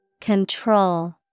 Control